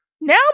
now